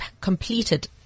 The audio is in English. completed